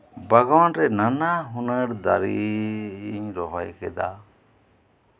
ᱵᱟᱜᱽᱣᱟᱱᱨᱮ ᱱᱟᱱᱟ ᱦᱩᱱᱟᱹᱨ ᱫᱟᱨᱮᱧ ᱨᱚᱦᱚᱭ ᱠᱮᱫᱟ